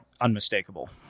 unmistakable